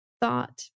thought